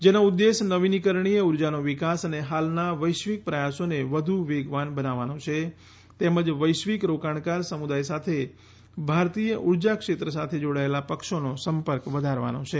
જેનો ઉદેશ્ય નવીનીકરણીય ઉર્જાનો વિકાસ અને હાલના વૈશ્વિક પ્રયાસોને વધુ વેગવાન બનાવવાનો છે તેમજ વૈશ્વિક રોકાણકાર સમુદાય સાથે ભારતીય ઉર્જા ક્ષેત્ર સાથે જોડાયેલા પક્ષોનો સંપર્ક વધારવાનો છે